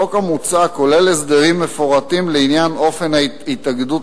החוק המוצע כולל הסדרים מפורטים לעניין אופן התאגדות